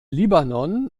libanon